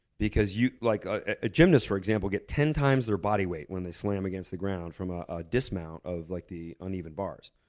because like a gymnast, for example, get ten times their body weight when they slam against the ground from ah a dismount of like the uneven bars.